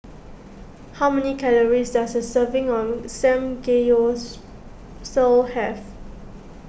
how many calories does a serving of Samgeyopsal have